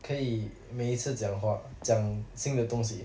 可以每一次讲话讲新的东西